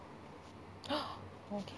okay